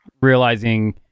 realizing